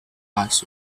大学